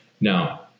Now